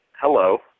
Hello